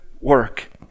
work